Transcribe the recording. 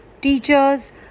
teachers